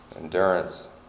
endurance